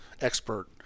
expert